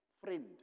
friend